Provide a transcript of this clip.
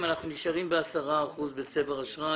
ואנחנו נשארים ב-10 אחוזים בצבר אשראי.